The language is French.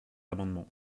amendement